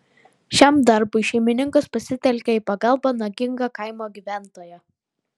šiam darbui šeimininkas pasitelkė į pagalbą nagingą kaimo gyventoją